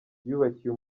yubakiye